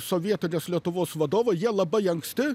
sovietinės lietuvos vadovai jie labai anksti